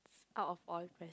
out of all